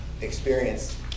experience